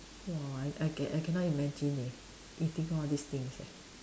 !wah! I I ca~ I cannot imagine eh eating all these things eh